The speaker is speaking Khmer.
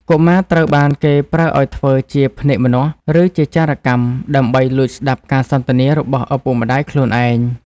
កុមារត្រូវបានគេប្រើឱ្យធ្វើជាភ្នែកម្នាស់ ឬជាចារកម្ម ដើម្បីលួចស្ដាប់ការសន្ទនារបស់ឪពុកម្ដាយខ្លួនឯង។